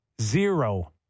Zero